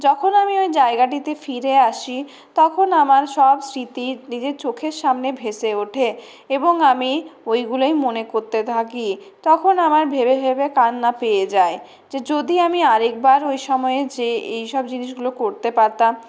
যখন আমি ওই জায়গাটিতে ফিরে আসি তখন আমার সব স্মৃতি নিজের চোখের সামনে ভেসে ওঠে এবং আমি ওইগুলোই মনে করতে থাকি তখন আমার ভেবে ভেবে কান্না পেয়ে যায় যে যদি আমি আর একবার ওই সময়ে যেয়ে এই সব জিনিসগুলো করতে পারতাম